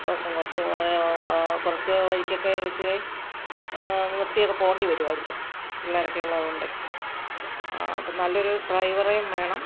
അപ്പോള് കുറച്ച് കുറച്ച് വഴിക്കൊക്കെ ഇച്ചിരി നിർത്തിയൊക്കെ പോണ്ടിവരുമായിരിക്കും പിള്ളേരൊക്കെ ഉള്ളത് കൊണ്ടെ അപ്പോള് നല്ലൊരു ഡ്രൈവറെയും വേണം